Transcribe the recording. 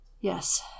Yes